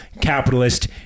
capitalist